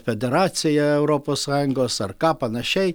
federacija europos sąjungos ar ką panašiai